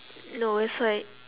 no it's like